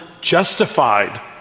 justified